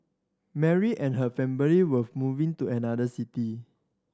Mary and her family were moving to another city